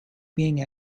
being